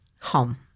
home